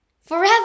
Forever